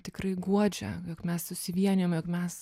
tikrai guodžia jog mes susivienijom jog mes